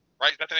right